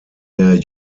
der